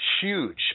huge